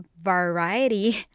variety